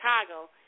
Chicago